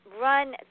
run